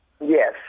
Yes